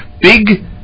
Big